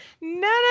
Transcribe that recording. no